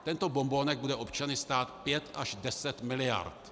Tento bonbonek bude občany stát pět až deset miliard.